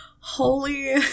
Holy